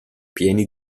pieni